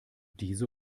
diese